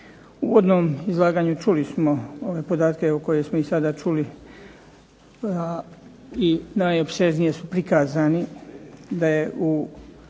U uvodnom izlaganju čuli smo ove podatke koje smo i sada čuli i najopsežnije su prikazani da je